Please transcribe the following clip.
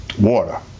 water